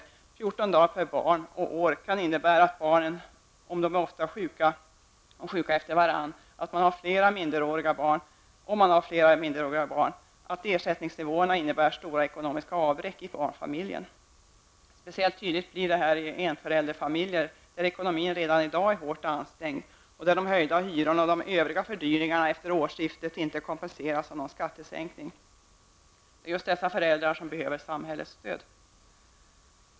Ersättning för fjorton dagar per barn och år kan innebära -- om man har flera minderåriga barn och barnen är sjuka efter varandra -- stora ekonomiska avbräck för barnfamiljen. Detta blir speciellt tydligt i familjer med bara en förälder, där ekonomin redan i dag är hårt ansträngd och där de höjda hyrorna och övriga fördyringar efter årsskiftet inte kompenseras av någon skattesänkning. Det är just dessa föräldrar som behöver samhällets stöd.